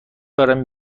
دارم